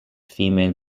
female